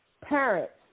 parents